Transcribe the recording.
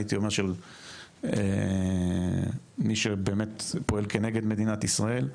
הייתי אומר של מי שבאמת פועל כנגד מדינת ישראל.